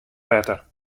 wetter